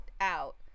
out